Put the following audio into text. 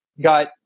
got